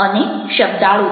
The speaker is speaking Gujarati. અને શબ્દાળુતા